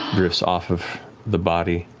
drifts off of the body